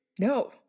No